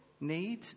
need